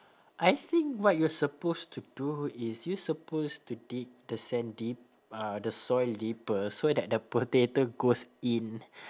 I think what you're supposed to do is you're supposed to dig the sand deep~ uh the soil deeper so that the potato goes in